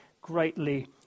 greatly